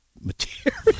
material